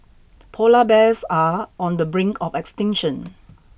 polar bears are on the brink of extinction